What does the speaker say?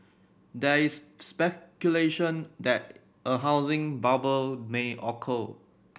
there is speculation that a housing bubble may occur